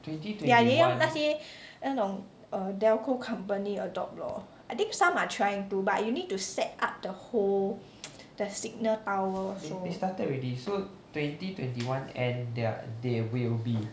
ya 也要那些那种 Telco company adopt lor I think some are trying to but you need to set up the whole the signal tower also